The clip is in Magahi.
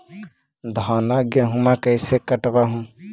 धाना, गेहुमा कैसे कटबा हू?